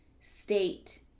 state